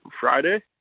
Friday